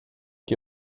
que